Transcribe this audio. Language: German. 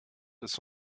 ist